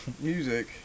music